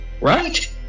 Right